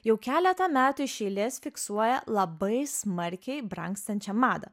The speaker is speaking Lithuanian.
jau keletą metų iš eilės fiksuoja labai smarkiai brangstančią madą